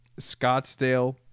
Scottsdale